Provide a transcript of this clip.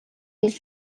жил